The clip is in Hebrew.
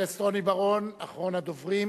חבר הכנסת רוני בר-און, אחרון הדוברים.